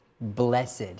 blessed